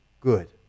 Good